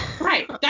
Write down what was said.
Right